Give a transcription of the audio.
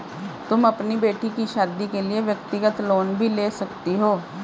तुम अपनी बेटी की शादी के लिए व्यक्तिगत लोन भी ले सकती हो